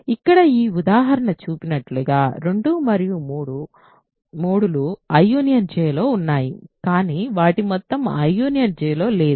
ఇక్కడ ఈ ఉదాహరణ చూపినట్లుగా 2 మరియు 3 I Jలో ఉన్నాయి కానీ వాటి మొత్తం I Jలో లేదు